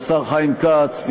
השר חיים כץ,